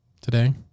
today